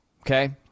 okay